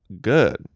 good